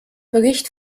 bericht